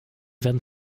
werden